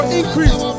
increase